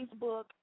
Facebook